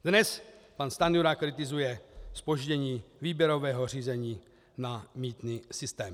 Dnes pan Stanjura kritizuje zpoždění výběrového řízení na mýtný systém.